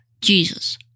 Jesus